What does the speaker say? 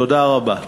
תודה רבה.